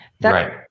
Right